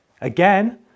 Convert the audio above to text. Again